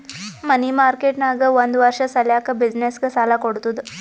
ಮನಿ market ನಾಗ್ ಒಂದ್ ವರ್ಷ ಸಲ್ಯಾಕ್ ಬಿಸಿನ್ನೆಸ್ಗ ಸಾಲಾ ಕೊಡ್ತುದ್